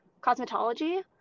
cosmetology